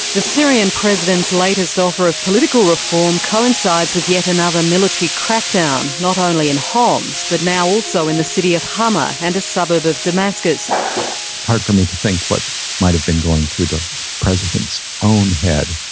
the syrian president's latest offer of political reform coincides with yet another military crackdown, not only in homs, but now also in the city of hama and a suburb of damascus. it's hard for me to think what might have been going through the president's own head,